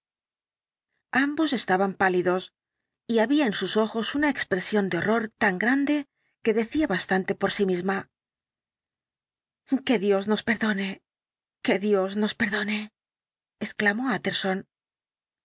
ambos estaban pálidos y había en sus ojos una expresión de horror tan grande que decía bastante por sí misma que dios nos perdone que dios nos perdone exclamó